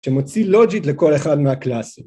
‫שמוציא logit לכל אחד מהקלאסים.